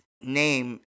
name